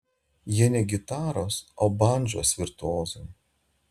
jie ne gitaros o bandžos virtuozai